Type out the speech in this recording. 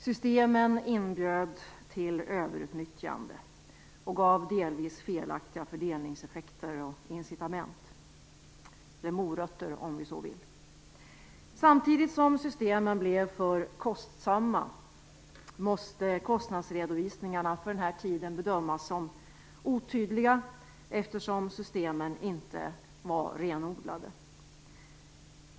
Systemen inbjöd till överutnyttjande, och det gav delvis felaktiga fördelningseffekter och incitament - morötter, om vi så vill. Samtidigt som systemen blev för kostsamma måste kostnadsredovisningarna från denna tid bedömas som otydliga, eftersom systemen inte varit renodlade.